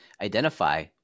identify